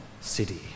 city